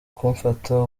kumfata